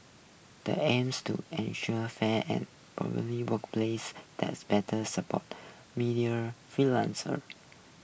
the aim's to fair and workplaces this better supports media freelancers